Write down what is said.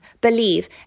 Believe